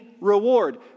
reward